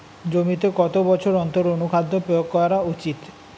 জমিতে কত বছর অন্তর অনুখাদ্য প্রয়োগ করা উচিৎ?